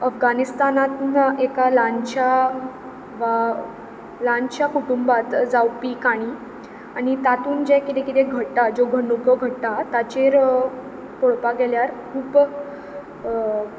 अफगानिस्तानांत एका ल्हानश्या वा ल्हानश्या कुटुंबांत जावपी काणी आनी तातूंत जें कितें कितें घडटा ज्यो घडणुको घडटा ताचेर पळोवपाक गेल्यार खूब